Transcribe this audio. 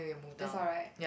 that's all right